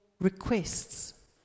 requests